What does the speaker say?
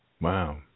Wow